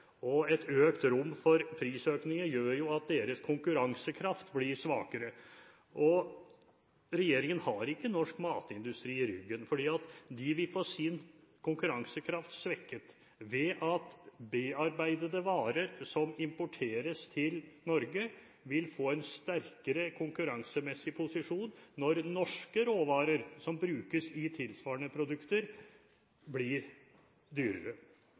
og et økt rom for prisøkninger gjør at deres konkurransekraft blir svakere. Regjeringen har ikke norsk matindustri i ryggen, fordi den vil få sin konkurransekraft svekket ved at bearbeidede varer som importeres til Norge, vil få en sterkere konkurransemessig posisjon, når norske råvarer – som brukes i tilsvarende produkter – blir dyrere.